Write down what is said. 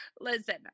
Listen